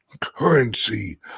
currency